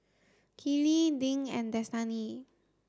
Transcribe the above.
Keely Dink and Destany